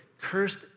Cursed